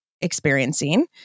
experiencing